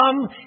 come